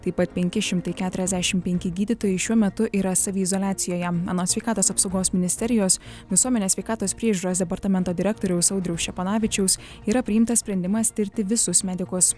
taip pat penki šimtai keturiasdešimt penki gydytojai šiuo metu yra saviizoliacijoje anot sveikatos apsaugos ministerijos visuomenės sveikatos priežiūros departamento direktoriaus audriaus ščeponavičiaus yra priimtas sprendimas tirti visus medikus